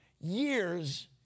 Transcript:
Years